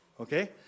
okay